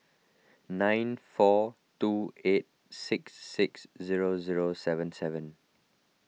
nine four two eight six six zero zero seven seven